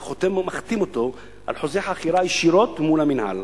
אתה מחתים אותו על חוזה חכירה ישירות מול המינהל